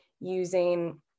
using